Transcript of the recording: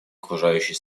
окружающей